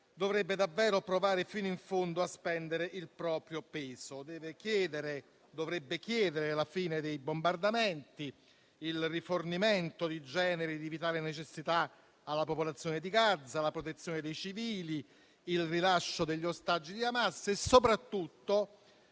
dovrebbe davvero provare fino in fondo a spendere il proprio peso. Dovrebbe chiedere la fine dei bombardamenti, il rifornimento di generi di vitale necessità alla popolazione di Gaza, alla protezione dei civili, il rilascio degli ostaggi di Hamas. E soprattutto